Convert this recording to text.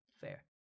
Fair